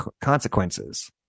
consequences